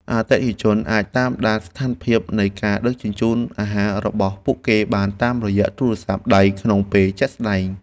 អតិថិជនអាចតាមដានស្ថានភាពនៃការដឹកជញ្ជូនអាហាររបស់ពួកគេបានតាមរយៈទូរស័ព្ទដៃក្នុងពេលជាក់ស្តែង។